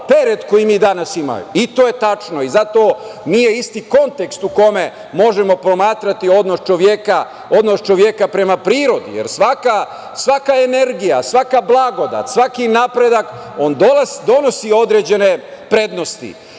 teret koji mi danas imamo i to je tačno i zato nije isti kontekst u kome možemo posmatrati odnos čoveka prema prirodi, jer svaka energija i svaki blagodat, on donosi određene prednosti,